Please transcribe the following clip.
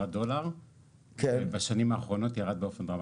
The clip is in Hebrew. הדולר ובשנים האחרונות זה ירד באופן דרמטי.